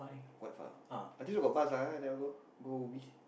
what far I did got bus lah never go go Ubi